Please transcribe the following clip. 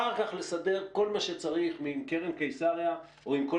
אחר כך לסדר כל מה שצריך עם קרן קיסריה או עם כל